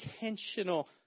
intentional